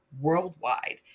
worldwide